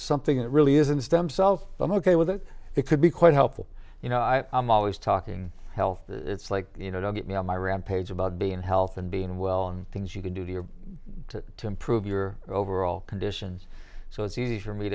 something that really isn't stem cell phone ok with it it could be quite helpful you know i'm always talking health it's like you know don't get me on my rampage about being health and being well on things you can do here to improve your overall conditions so it's easy for me